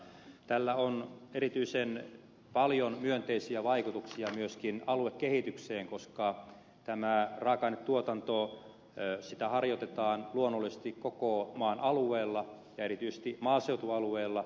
tällä on erityisen paljon myönteisiä vaikutuksia myöskin aluekehitykseen koska tätä raaka ainetuotantoa harjoitetaan luonnollisesti koko maan alueella ja erityisesti maaseutualueella